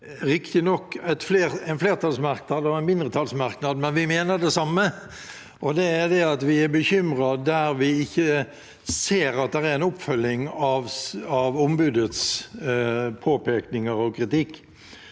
riktignok en flertallsmerknad og en mindretallsmerknad, men vi mener det samme. Det er at vi er bekymret for de områdene vi ikke ser at det er en oppfølging av ombudets påpekninger og kritikk